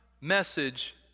message